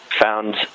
found